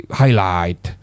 highlight